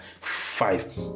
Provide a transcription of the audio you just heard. five